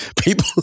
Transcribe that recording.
People